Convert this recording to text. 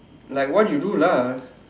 like what you do lah